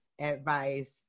advice